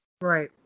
Right